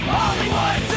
Hollywood